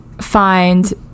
find